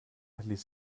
ließ